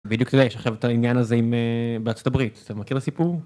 בדיוק זה יש עכשיו את העניין הזה עם אהה.. בארצות הברית אתה מכיר הסיפור?